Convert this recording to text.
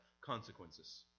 consequences